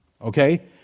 Okay